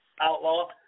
Outlaw